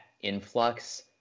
influx